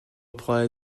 apply